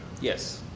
Yes